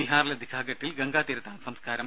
ബിഹാറിലെ ദിഘാഘട്ടിൽ ഗംഗാതീരത്താണ് സംസ്കാരം